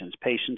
patients